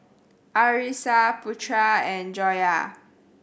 Arissa Putra and Joyah